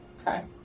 Okay